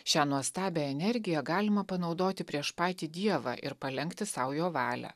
šią nuostabią energiją galima panaudoti prieš patį dievą ir palenkti sau jo valią